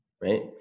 right